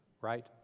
right